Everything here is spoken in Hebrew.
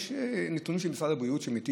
יש נתונים של משרד הבריאות על מתים.